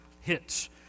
hits